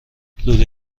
لوله